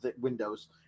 windows